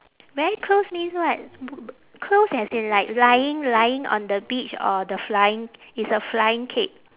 very close means what b~ b~ close as in like lying lying on the beach or the flying it's a flying kick